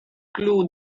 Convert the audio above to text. clue